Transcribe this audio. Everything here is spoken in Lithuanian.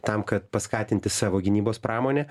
tam kad paskatinti savo gynybos pramonę